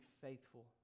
faithful